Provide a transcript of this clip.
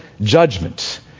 judgment